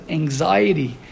anxiety